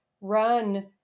run